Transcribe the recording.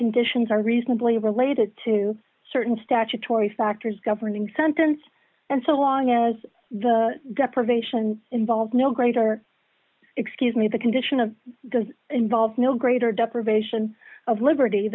conditions are reasonably related to certain statutory factors governing sentence and so long as the deprivation involves no greater excuse me the condition of those involved no greater deprivation of liberty